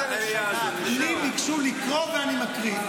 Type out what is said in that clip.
--- ממני ביקשו לקרוא ואני מקריא.